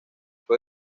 fue